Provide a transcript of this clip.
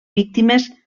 víctimes